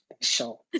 special